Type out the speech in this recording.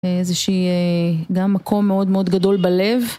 איזה שהיא גם מקום מאוד מאוד גדול בלב.